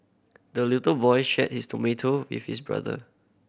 the little boy shared his tomato with his brother